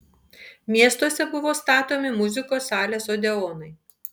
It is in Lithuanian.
miestuose buvo statomi muzikos salės odeonai